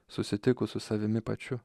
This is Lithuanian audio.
susitikus su savimi pačiu